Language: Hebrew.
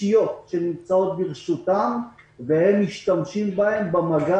אישיות שנמצאות ברשותם שבהן הם משתמשים במגע